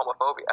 homophobia